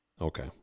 Okay